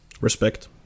Respect